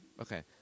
Okay